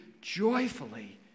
joyfully